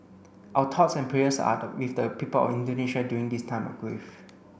our thoughts and prayers are with the people of Indonesia during this time of grief